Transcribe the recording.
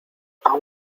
aún